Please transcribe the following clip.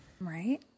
Right